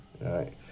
right